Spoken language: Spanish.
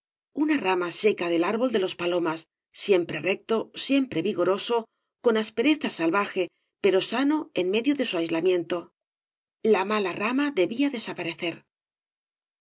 una rama eeca del árbol de los palomas siempre recto siempre vigoroso coo aspereza salvaje pero sano en medio de su aislamiento la mala rama debía desaparecer